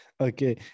Okay